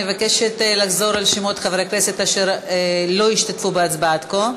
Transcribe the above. אני מבקשת לחזור על שמות חברי הכנסת אשר לא השתתפו בהצבעה עד כה.